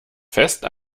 fest